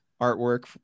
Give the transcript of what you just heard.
artwork